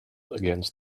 against